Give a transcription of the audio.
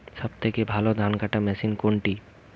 সবথেকে ভালো ধানকাটা মেশিন কোনটি?